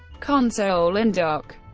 console and dock